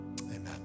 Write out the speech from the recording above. Amen